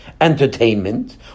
entertainment